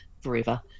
forever